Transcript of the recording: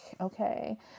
Okay